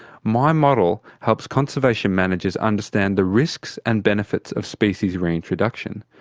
my model helps conservation managers understand the risks and benefits of species reintroduction,